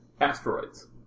asteroids